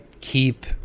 keep –